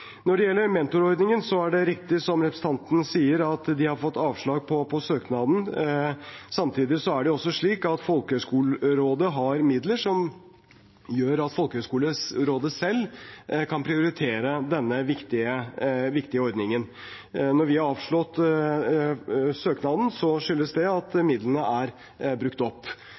Når det gjelder mentorordningen, er det riktig som representanten sier, at de har fått avslag på søknaden. Samtidig er det også slik at Folkehøgskolerådet har midler som gjør at Folkehøgskolerådet selv kan prioritere denne viktige ordningen. Når vi har avslått søknaden, skyldes det at midlene er brukt opp.